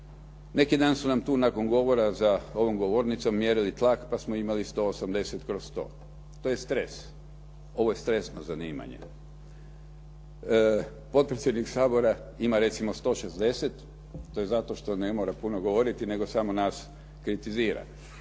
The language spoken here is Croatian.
Neki dan su nam tu nakon govora za ovom govornicom mjerili tlak, pa smo imali 180/100, to je stres. Ovo je stresno zanimanje. Potpredsjednik Sabora ima recimo 160. to je zato što ne mora puno govoriti, nego samo nas kritizira.